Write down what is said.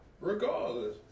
Regardless